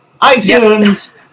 iTunes